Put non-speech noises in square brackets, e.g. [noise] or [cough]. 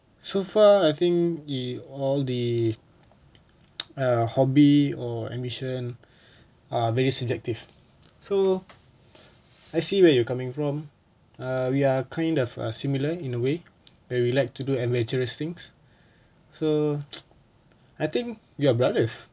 so far I think eh all the [noise] err hobby or ambition are very subjective so I see where you're coming from err we are kind of uh similar in a way we like to do adventurous things so [noise] I think we are brothers